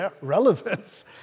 relevance